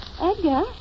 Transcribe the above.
Edgar